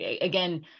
again